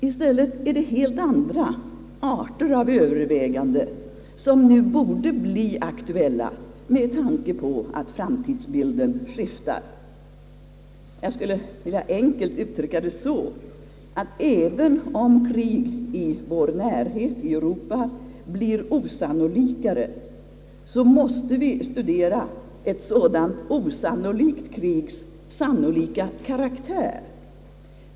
I stället är det helt andra arter av överväganden som nu borde bli aktuella med tanke på att framtidsbilden skiftar. Jag skulle vilja enkelt uttrycka det så, att även om krig i vår närhet, i Europa, blir osannolikare, så måste vi studera ett sådant osannolikt krigs sannolika karaktär.